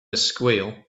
squeal